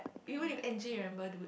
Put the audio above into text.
we watch with N_J remember dude